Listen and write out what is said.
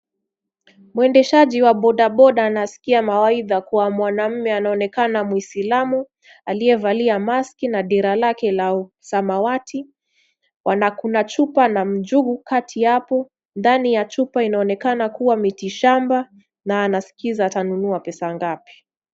Mwendeshaji wa bodaboda anaskia mawaidha kwa mwanaume anaonekana muislamu aliyevalia mask na dera lake la samawati l. Kunà chupa na njugu kati yapo, ndani ya chupa kunaonekana kuwa miti shamba na anaskiza atanunua pesa ngapi.